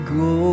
go